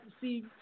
see